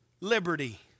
liberty